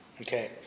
Okay